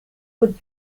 would